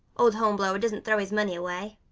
old hornblower doesn't throw his money away.